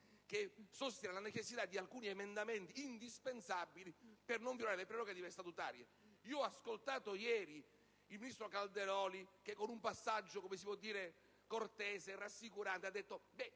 - sostiene la necessità di alcuni emendamenti indispensabili per non violare le prerogative statutarie. Ho ascoltato ieri il ministro Calderoli che, con un passaggio cortese e rassicurante, ha detto